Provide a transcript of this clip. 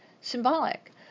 symbolic